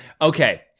Okay